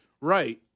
Right